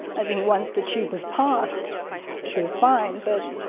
i think once the tube was passed she was fine but